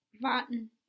Warten